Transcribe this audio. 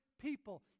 people